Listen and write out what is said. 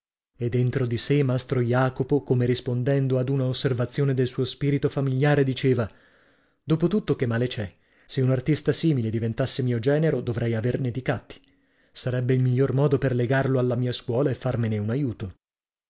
e dentro di sè mastro jacopo come rispondendo ad una osservazione del suo spirito famigliare diceva dopo tutto che male c'è se un artista simile diventasse mio genero dovrei averne dicatti sarebbe il miglior modo per legarlo alla mia scuola e farmene un aiuto